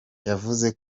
yavuze